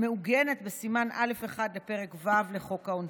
המעוגן בסימן א1 לפרק ו' לחוק העונשין.